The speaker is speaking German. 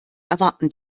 erwarten